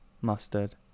mustard